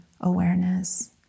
awareness